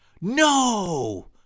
No